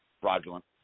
fraudulent